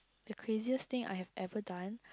the craziest thing I have ever done